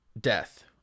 death